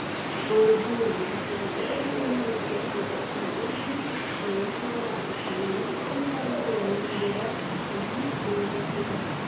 धर्महरू बस्ने गर्छ एकदमै मिलेर बस्ने गर्छ होइन कुनै झगडाहरू छैन होइन एकदमै राम्रोसँगले मिलेर शान्तिसँग बस्ने गर्छ